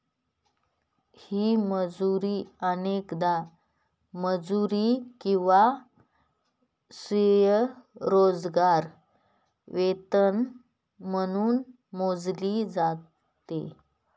ही मजुरी अनेकदा मजुरी किंवा स्वयंरोजगार वेतन म्हणून मोजली जाते